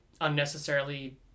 unnecessarily